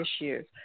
issues